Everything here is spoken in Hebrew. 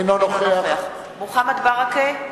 אינו נוכח מוחמד ברכה,